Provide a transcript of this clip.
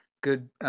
good